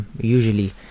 usually